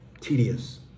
tedious